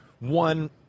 One